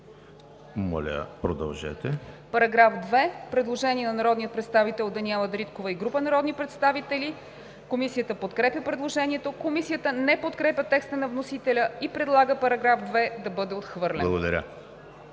По § 2 е направено предложение на народния представител Даниела Дариткова и група народни представители. Комисията подкрепя предложението. Комисията не подкрепя текста на вносителя и предлага § 2 да бъде отхвърлен.